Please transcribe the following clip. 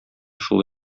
шул